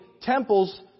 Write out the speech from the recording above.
temples